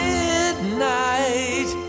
Midnight